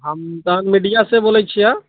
हम तहन मीडियासँ बोलै छिए